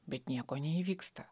bet nieko neįvyksta